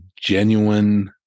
genuine